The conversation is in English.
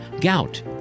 gout